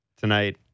tonight